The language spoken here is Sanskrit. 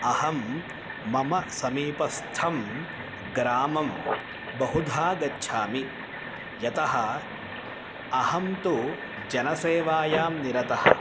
अहं मम समीपस्थं ग्रामं बहुधा गच्छामि यतः अहं तु जनसेवायां निरतः